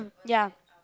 ya